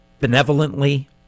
Benevolently